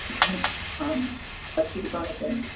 ਓ ਹਾਂ ਪਰਚੀ ਕਟਵਾਉਣੀ ਪੈਣੀ